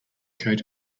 coat